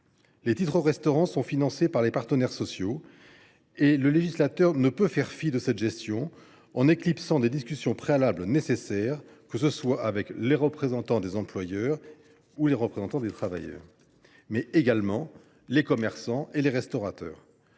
les titres restaurant sont financés par les partenaires sociaux, et le législateur ne peut faire fi de cette gestion en éclipsant des discussions préalables nécessaires, que ce soit avec les représentants des employeurs et des travailleurs, mais également les commerçants et les restaurateurs.